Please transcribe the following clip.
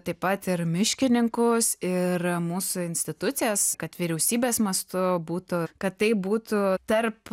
taip pat ir miškininkus ir mūsų institucijas kad vyriausybės mastu būtų kad tai būtų tarp